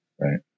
right